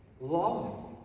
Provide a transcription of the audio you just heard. love